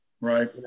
Right